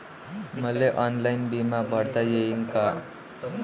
मले ऑनलाईन बिमा भरता येईन का?